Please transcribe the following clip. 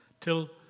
till